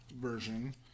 version